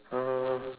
uh